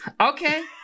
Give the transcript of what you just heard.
Okay